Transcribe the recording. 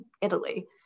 Italy